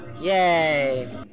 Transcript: yay